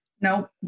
Nope